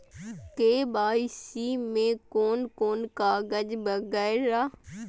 KYC में कोन कोन कागज वगैरा?